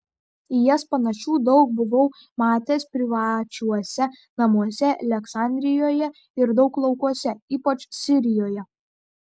į jas panašių daug buvau matęs privačiuose namuose aleksandrijoje ir daug laukuose ypač sirijoje